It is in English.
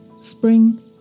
Spring